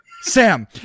Sam